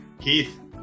keith